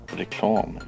reklam